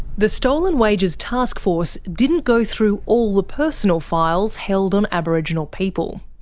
the stolen wages taskforce didn't go through all the personal files held on aboriginal people.